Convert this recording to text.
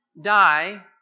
die